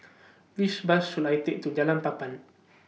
Which Bus should I Take to Jalan Papan